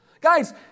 Guys